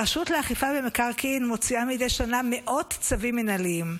הרשות לאכיפה במקרקעין מוציאה מדי שנה מאות צווים מינהליים.